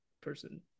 person